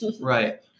Right